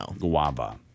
Guava